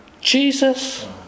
Jesus